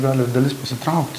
gali ir dalis pasitraukti